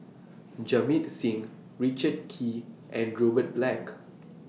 Jamit Singh Richard Kee and Robert Black